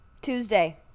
tuesday